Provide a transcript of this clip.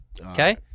Okay